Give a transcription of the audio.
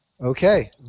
Okay